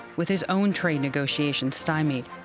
with his own trade negotiations stymied,